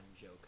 joke